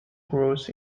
gross